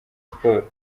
sports